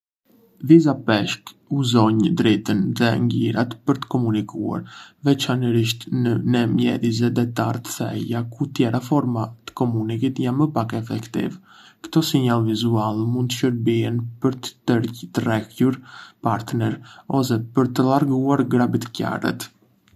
Disa peshq uzonj dritën dhe ngjyrat për të komunikuar, veçanërisht në mjedise detare të thella ku të tjera forma të komunikimit janë më pak efektive. Ktò sinjale vizuale mund të shërbejnë për të bine qasen partnerë ose për të larguar grabitqarët.